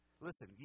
Listen